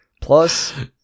Plus